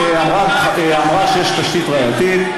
אמרה שיש תשתית ראייתית,